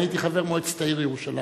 אני הייתי חבר מועצת העיר ירושלים.